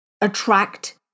attract